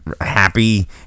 happy